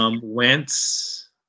Wentz